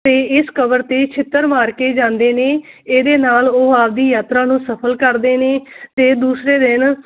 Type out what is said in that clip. ਤੇ ਇਸ ਕਬਰ ਤੇ ਛਿੱਤਰ ਮਾਰ ਕੇ ਜਾਂਦੇ ਨੇ ਇਹਦੇ ਨਾਲ ਉਹ ਆਪਦੀ ਯਾਤਰਾ ਨੂੰ ਸਫਲ ਕਰਦੇ ਨੇ ਤੇ ਦੂਸਰੇ ਦਿਨ